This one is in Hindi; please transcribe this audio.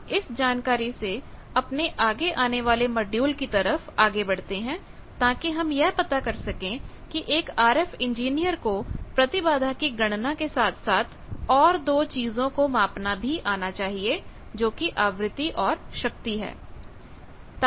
हम इस जानकारी से अपने आगे आने वाले मॉड्यूल की तरफ आगे बढ़ते हैं ताकि हम यह पता कर सके कि एक आरएफ इंजीनियर को प्रतिबाधा की गणना के साथ साथ और दो चीजों को मापना भी आना चाहिए जोकि आवृत्ति और शक्ति है